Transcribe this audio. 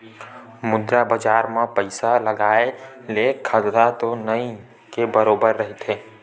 मुद्रा बजार म पइसा लगाय ले खतरा तो नइ के बरोबर रहिथे